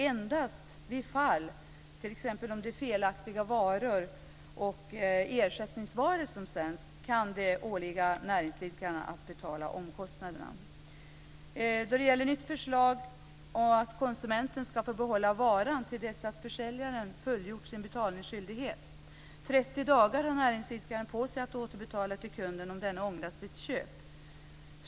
Endast i fall av leverans av felaktiga varor och ersättningsvaror kan det åligga näringsidkaren att betala omkostnaderna. Nytt förslag är också att konsumenten ska få behålla varan till dess att försäljaren fullgjort sin betalningsskyldighet. 30 dagar har näringsidkaren på sig att återbetala till kunden om denne ångrat sitt köp.